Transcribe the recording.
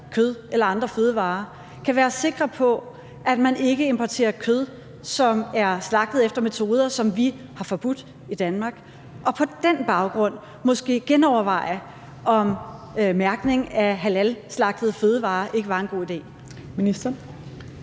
kød eller andre fødevarer, kan være sikre på, at man ikke importerer kød, som er slagtet efter metoder, som vi har forbudt i Danmark – og på den baggrund måske genoverveje, om mærkning af halalslagtede fødevarer ikke var en god idé.